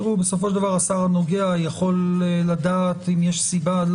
בסופו של דבר השר הנוגע יכול לדעת אם יש סיבה.